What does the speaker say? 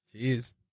Jeez